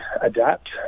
adapt